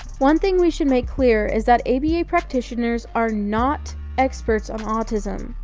one thing we should make clear is that aba practitioners are not experts on autism.